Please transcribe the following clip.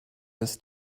this